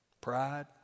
Pride